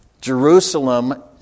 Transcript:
Jerusalem